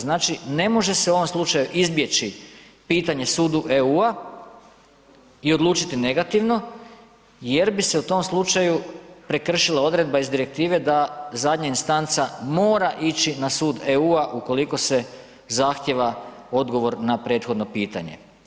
Znači ne može se u ovom slučaju izbjeći pitanje sudu EU-a i odlučiti negativno jer bi se u tom slučaju prekršila odredba iz direktive da zadnja instanca mora ići na sud EU-a ukoliko se zahtjeva odgovor na prethodno pitanje.